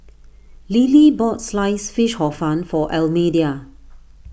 Lilie bought Sliced Fish Hor Fun for Almedia